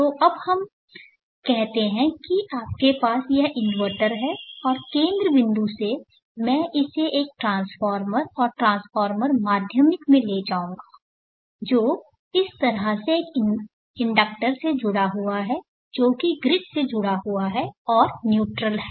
तो अब हम कहते हैं कि आपके पास यह इनवर्टर है और केंद्र बिंदु से मैं इसे एक ट्रांसफॉर्मर और ट्रांसफ़ॉर्मर माध्यमिक में लाऊंगा जो इस तरह से एक इंडक्टर से जुड़ा हुआ है जो की ग्रिड से जुड़ा हुआ है और न्यूट्रल है